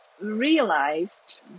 realized